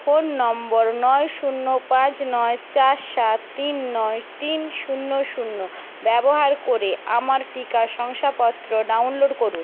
phone number নয় শূন্য পাঁচ নয় চার সাত তিন নয় তিন শূন্য শূন্য ব্যবহার করে আমার টিকা শংসাপত্র ডাউনলোড করুন